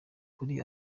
kuri